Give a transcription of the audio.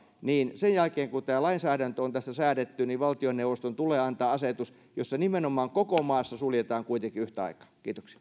sen jälkeen kun tämä lainsäädäntö on tästä säädetty valtioneuvoston tulee antaa asetus jossa ne nimenomaan koko maassa suljetaan kuitenkin yhtä aikaa